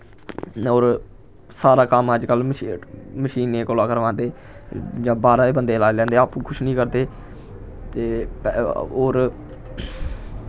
होर सारा कम्म अज्जकल मशी मशीनें कोला करवांदे जां बाह्रा दे बंदे लाई लैंदे आपूं कुछ नी करदे ते होर